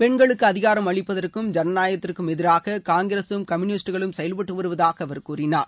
பெண்களுக்கு அதிகாரம் அளிப்பதற்கும் ஜனநாயகத்திற்கும் எதிராக காங்கிரசும் கம்யூனிஸ்ட்களும் செயல்பட்டு வருவதாக அவர் கூறினார்